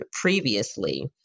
previously